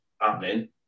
happening